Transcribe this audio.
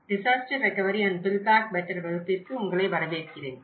disaster recovery and build back better வகுப்பிற்கு உங்களை வரவேற்கிறேன்